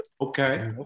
Okay